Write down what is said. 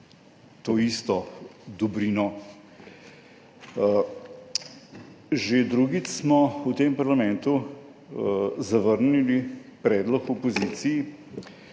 to isto dobrino? Že drugič smo v tem parlamentu zavrnili predlog opozicije.